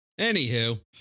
Anywho